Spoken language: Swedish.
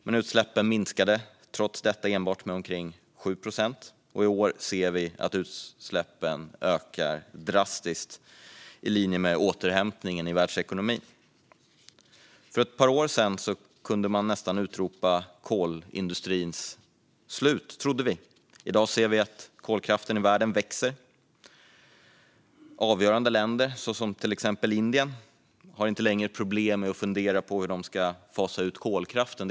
Men utsläppen minskade trots detta enbart med omkring 7 procent, och i år ser vi att utsläppen ökar drastiskt i linje med återhämtningen i världsekonomin. För ett par år sedan kunde man nästan utropa kolindustrins slut - trodde vi. I dag ser vi att kolkraften växer i världen. Länder av avgörande betydelse, till exempel Indien, har inte längre problem med hur de ska fasa ut kolkraften.